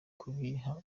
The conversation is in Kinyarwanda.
kubiha